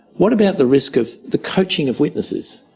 what about the risk of the coaching of witnesses?